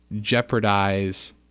jeopardize